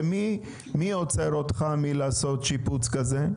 ומי עוצר אותך מלעשות שיפוץ כזה?